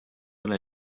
ole